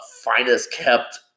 finest-kept